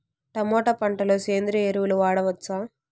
Tomato పంట లో సేంద్రియ ఎరువులు వాడవచ్చా?